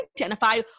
identify